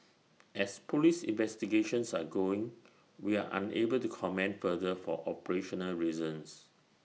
as Police investigations are going we are unable to comment further for operational reasons